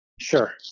Sure